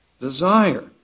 desire